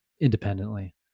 independently